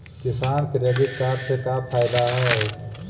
किसान credit card से का फायदा है?